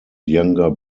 younger